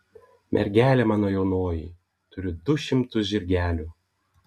mergelė mano jaunoji turiu du šimtu žirgelių